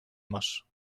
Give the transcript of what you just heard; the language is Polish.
masz